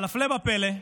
אבל הפלא ופלא,